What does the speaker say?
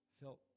felt